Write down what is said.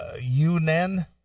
Yunnan